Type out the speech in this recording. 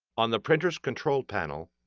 on the printer's control panel,